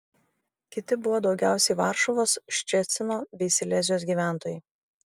kiti buvo daugiausiai varšuvos ščecino bei silezijos gyventojai